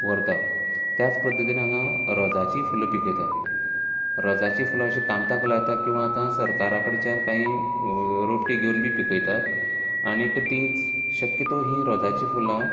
व्हरता त्याच पद्दतीन हांगा रोजांची फुलां पिकयतात रोजांची फुलां अशीं कामतांत लायतात किंवां आता सरकारा कडच्यान कांय रोपटी घेवन बी पिकयतात आनीक ती शक्यतो ही रोजांची फुलां